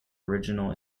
original